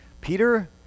Peter